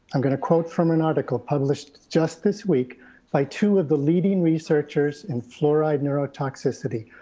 i'm gonna quote from an article published just this week by two of the leading researchers in fluoride neurotoxicity,